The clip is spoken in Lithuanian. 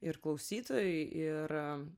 ir klausytojui ir